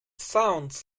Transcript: sounds